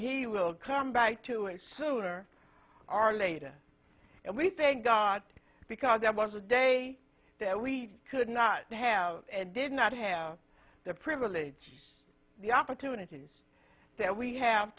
he will come by to it sooner or later and we thank god because that was a day that we could not have and did not have the privilege the opportunities that we have